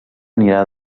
anirà